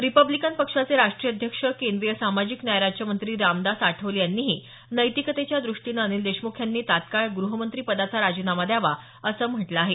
Republican पक्षाचे राष्टीय अध्यक्ष केंद्रीय सामाजिक न्याय राज्यमंत्री रामदास आठवले यांनीही नैतिकतेच्या द्रष्टीनं अनिल देशमुख यांनी तत्काळ ग्रहमंत्री पदाचा राजीनामा द्यावा असं म्हटलं आहे